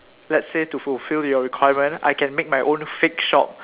let's say to fulfill your requirement I can make my own fake shop